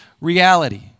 reality